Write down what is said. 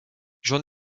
j’en